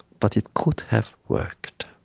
but it could have worked